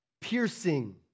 piercing